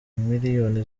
miliyoni